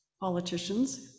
Politicians